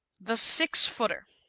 the six-footer